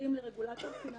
שמתאים לרגולטור פיננסי,